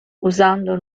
usando